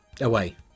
Away